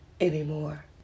anymore